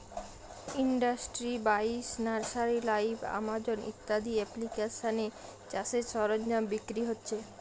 industry বাইশ, nursery live, Amazon ইত্যাদি এপ্লিকেশানে চাষের সরঞ্জাম বিক্রি হচ্ছে